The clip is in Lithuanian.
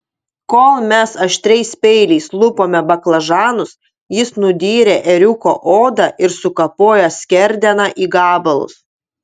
kol mes aštriais peiliais lupome baklažanus jis nudyrė ėriuko odą ir sukapojo skerdeną į gabalus